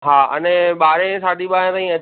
हा अने ॿारहें साढी ॿारहें ताईं अचु